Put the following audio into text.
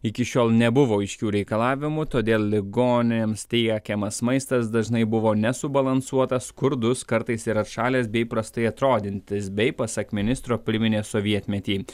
iki šiol nebuvo aiškių reikalavimų todėl ligoniams tiekiamas maistas dažnai buvo nesubalansuotas skurdus kartais ir atšalęs bei prastai atrodantis bei pasak ministro priminė sovietmetį